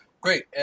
Great